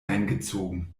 eingezogen